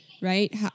right